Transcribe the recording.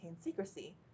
secrecy